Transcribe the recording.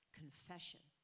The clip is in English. confession